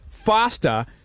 Faster